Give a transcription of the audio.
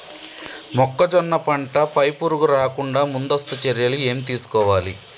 మొక్కజొన్న పంట పై పురుగు రాకుండా ముందస్తు చర్యలు ఏం తీసుకోవాలి?